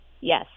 Yes